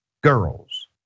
girls